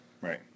Right